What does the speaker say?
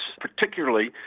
particularly